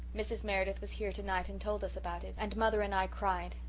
mrs. meredith was here tonight and told us about it and mother and i cried,